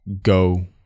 Go